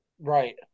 Right